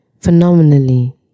phenomenally